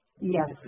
Yes